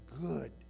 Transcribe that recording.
good